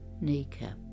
kneecap